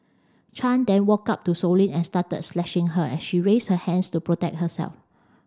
chan then walked up to Sow Lin and started slashing her as she raised her hands to protect herself